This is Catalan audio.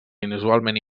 inusualment